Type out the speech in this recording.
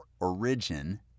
origin